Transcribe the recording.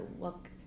look